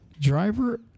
Driver